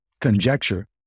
conjecture